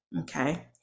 Okay